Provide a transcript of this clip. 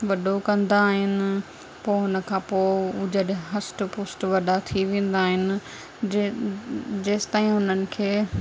वॾो कंदा आहिनि पोइ हुन खां पोइ हू जॾहिं हष्ट पुष्ट वॾा थी वेंदा आहिनि जेसिताईं हुननि खे